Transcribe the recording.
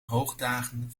hoogdagen